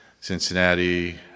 Cincinnati